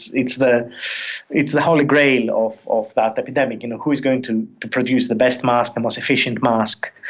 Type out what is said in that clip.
it's the it's the holy grail of of that epidemic you know who is going to to produce the best mask, the most efficient mask.